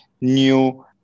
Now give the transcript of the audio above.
new